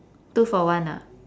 two for one ah